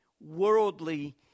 worldly